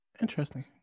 Interesting